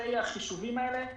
בנבכי החישובים האלה,